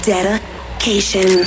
Dedication